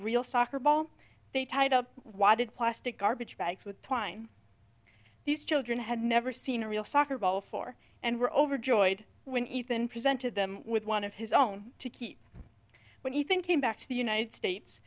real soccer ball they tied up why did plastic garbage bags with twine these children had never seen a real soccer ball four and were overjoyed when ethan presented them with one of his own to keep when he thinking back to the united states